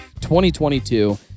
2022